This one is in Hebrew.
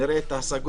נראה את ההשגות,